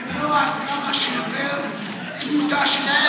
ולמנוע כמה שיותר תמותה של,